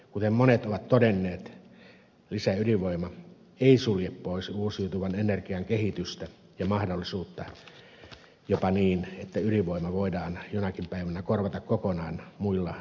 kuten monet ovat todenneet lisäydinvoima ei sulje pois uusiutuvan energian kehitystä ja mahdollisuutta jopa niin että ydinvoima voidaan jonakin päivänä korvata kokonaan muilla energiatuotannon keinoilla